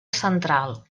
central